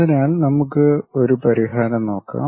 അതിനാൽ നമുക്ക് ഒരു പരിഹാരം നോക്കാം